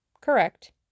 Correct